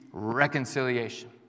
reconciliation